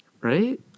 Right